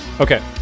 Okay